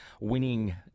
winning